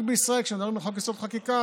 רק בישראל כשמדברים על חוק-יסוד: חקיקה,